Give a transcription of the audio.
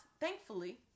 thankfully